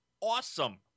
awesome